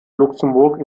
luxemburg